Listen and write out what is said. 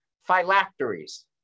Phylacteries